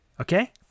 okay